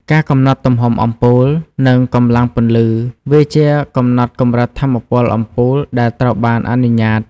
ការកំណត់ទំហំអំពូល និងកម្លាំងពន្លឺ វាជាកំណត់កម្រិតថាមពលអំពូលដែលត្រូវបានអនុញ្ញាត។